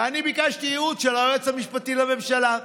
ואני ביקשתי ייעוץ של היועץ המשפטי לממשלה.